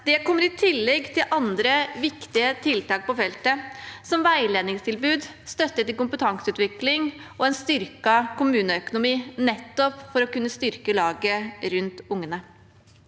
Det kommer i tillegg til andre viktige tiltak på feltet, som veiledningstilbud, støtte til kompetanseutvikling og en styrket kommuneøkonomi, nettopp for å kunne styrke laget rundt ungene.